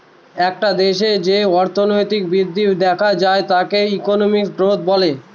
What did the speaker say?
একটা দেশে যে অর্থনৈতিক বৃদ্ধি দেখা যায় তাকে ইকোনমিক গ্রোথ বলে